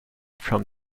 from